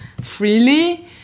freely